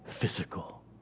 physical